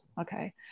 Okay